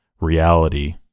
reality